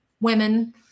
women